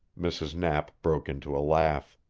mrs. knapp broke into a laugh.